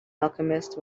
alchemist